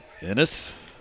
Dennis